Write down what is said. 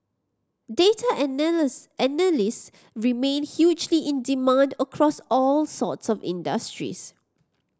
data analyst remain hugely in demand across all sorts of industries